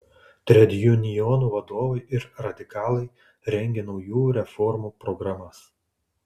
tredjunionų vadovai ir radikalai rengė naujų reformų programas